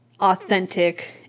authentic